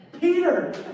Peter